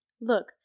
Look